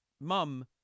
Mum